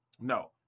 No